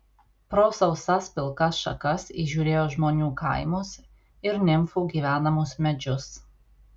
pro sausas pilkas šakas įžiūrėjo žmonių kaimus ir nimfų gyvenamus medžius